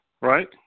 right